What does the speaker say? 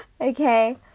okay